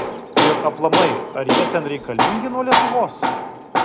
ir aplamai ar jie ten reikalingi nuo lietuvos